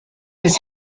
his